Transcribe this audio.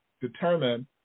determine